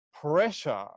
pressure